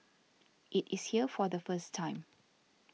it is here for the first time